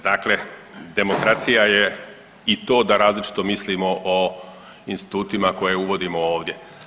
Dakle, demokracija je i to da različito mislimo o institutima koje uvodimo ovdje.